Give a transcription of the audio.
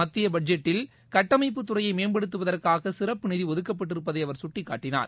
மத்திய பட்ஜெட்டில் கட்டமைப்பு துறையை மேம்படுத்துவதற்காக சிறப்பு நிதி ஒதுக்கப்பட்டிருப்பதை அவர் சுட்டிக்காட்டினார்